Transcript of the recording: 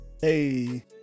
Hey